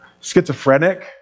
Schizophrenic